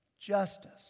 justice